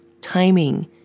timing